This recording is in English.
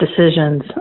decisions